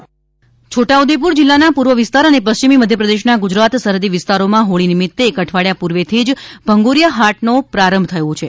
ભગુંરિયા હાટ છોટાઉદેપુર જિલ્લાના પૂર્વ વિસ્તાર અને પશ્ચિમી મધ્યપ્રદેશના ગુજરાત સરહદી વિસ્તારોમાં હોળી નિમિત્તે એક અઠવાડિયા પૂર્વેથી ભંગુરીયા હાટનો પ્રારંભ થયો છે